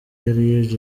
yari